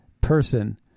person